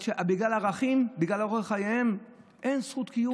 בגלל ערכים, בגלל אורח חייהם, אין זכות קיום?